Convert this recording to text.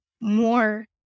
more